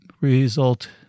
result